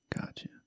gotcha